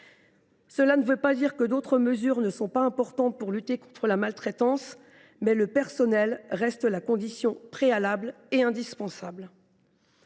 Cela ne veut pas dire que d’autres mesures ne sont pas importantes pour lutter contre la maltraitance, mais le personnel reste la condition préalable et indispensable.